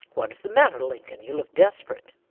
what is the matter, lincoln? you look desperate.